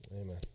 Amen